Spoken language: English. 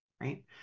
right